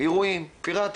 אירועים פיראטיים.